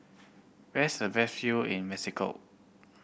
where is the best view in Mexico